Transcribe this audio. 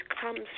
comes